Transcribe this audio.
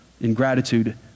ingratitude